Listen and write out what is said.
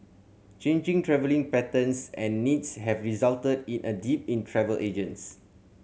changing travelling patterns and needs have resulted in a dip in travel agents